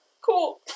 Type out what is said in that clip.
cool